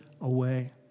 away